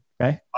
Okay